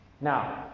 Now